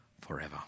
forever